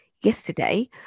yesterday